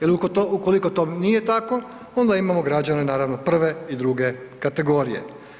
Jel ukoliko to nije tako onda imamo građane naravno prve i druge kategorije.